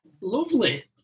Lovely